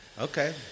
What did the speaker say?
Okay